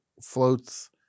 floats